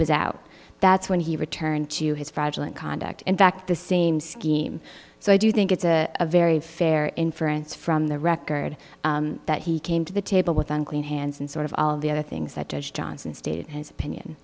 was out that's when he returned to his fragile and conduct in fact the same scheme so i do think it's a very fair inference from the record that he came to the table with unclean hands and sort of all the other things that judge johnson stated his opinion